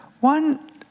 One